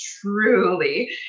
truly